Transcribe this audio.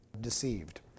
deceived